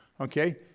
Okay